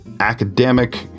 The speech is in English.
academic